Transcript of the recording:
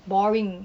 boring